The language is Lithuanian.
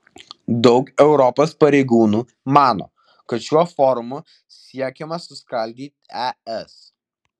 daug europos pareigūnų mano kad šiuo forumu siekiama suskaldyti es